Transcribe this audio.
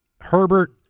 Herbert